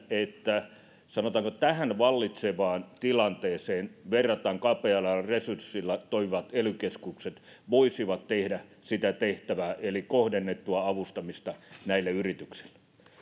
että sanotaanko tähän vallitsevaan tilanteeseen verrattain kapealla resurssilla toimivat ely keskukset voisivat tehdä sitä tehtävää eli kohdennettua avustamista näille yrityksille